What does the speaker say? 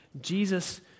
Jesus